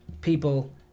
people